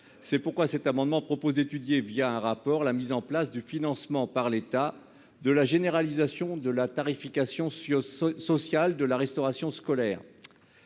cette raison, cet amendement a pour objet d'étudier, à travers un rapport, la mise en place du financement par l'État de la généralisation de la tarification sociale de la restauration scolaire.